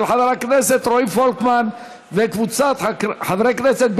של חבר הכנסת רועי פולקמן וקבוצת חברי הכנסת,